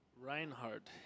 Reinhardt